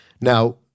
Now